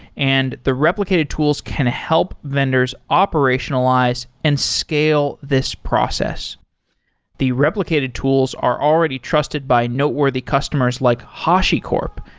and the replicated tools can help vendors operationalize and scale this process the replicated tools are already trusted by noteworthy customers like hashicorp,